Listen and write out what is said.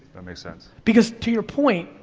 that makes sense. because, to your point,